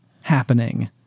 happening